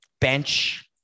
bench